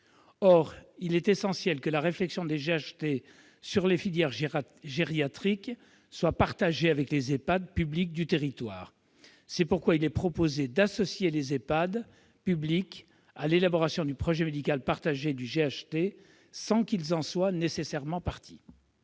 il est essentiel que la réflexion des GHT sur les filières gériatriques soit partagée avec les Ehpad publics du territoire. C'est pourquoi cet amendement prévoit d'associer les Ehpad publics à l'élaboration du projet médical partagé du GHT, sans qu'ils en soient nécessairement parties.